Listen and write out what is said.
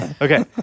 Okay